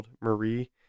Marie